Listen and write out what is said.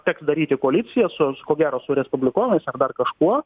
teks daryti koaliciją su ko gero su respublikonais ar dar kažkuo